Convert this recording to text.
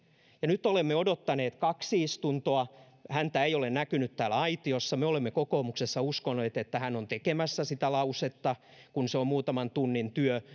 nyt olemme odottaneet kaksi istuntoa häntä ei ole näkynyt täällä aitiossa me olemme kokoomuksessa uskoneet että hän on tekemässä sitä lausetta kun se on muutaman tunnin työ